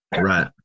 Right